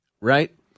right